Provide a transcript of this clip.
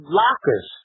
lockers